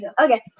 okay